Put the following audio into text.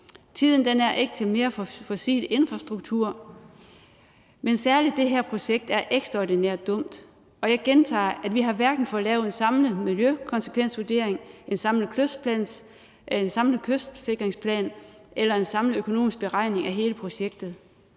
Tiden er ikke til mere fossil infrastruktur, men særlig det her projekt er ekstraordinært dumt, og jeg gentager, at vi har hverken fået lavet en samlet miljøkonsekvensvurdering, en samlet kystsikringsplan eller en samlet økonomisk beregning af hele projektet.